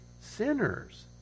sinners